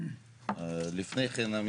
לפני כן,